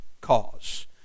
cause